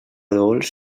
dolç